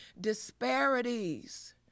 disparities